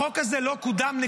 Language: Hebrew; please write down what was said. החוק הזה לא קודם.